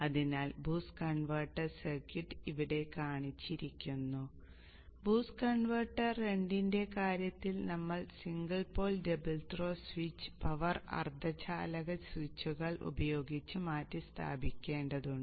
അതിനാൽ boost converter circuit ഇവിടെ കാണിച്ചിരിക്കുന്നു ബൂസ്റ്റ് കൺവെർട്ടർ രണ്ടിന്റെ കാര്യത്തിൽ നമ്മൾ single pole double throw switch power അർദ്ധചാലക സ്വിച്ചുകൾ ഉപയോഗിച്ച് മാറ്റിസ്ഥാപിക്കേണ്ടതുണ്ട്